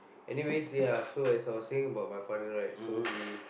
anyways ya so as I was saying about my father right so he